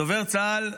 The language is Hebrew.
דובר צה"ל,